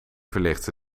verlichtte